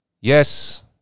yes